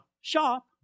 shop